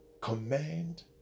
Command